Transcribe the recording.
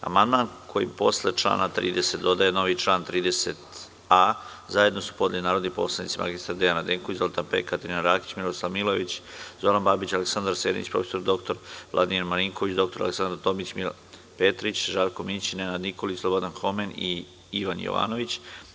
Amandman kojim posle člana 30. se dodaje novi član 30a, zajedno su podneli narodni poslanici mr Dejan Radenković, Zoltan Pek, Katarina Rakić, Miloslav Milojević, Zoran Babić, Aleksandar Senić, prof. dr Vladimir Marinković, dr Aleksandra Tomić, Milan Petrić, Žarko Mićin, Nenad Nikolić, Slobodan Homen i Ivan Jovanović.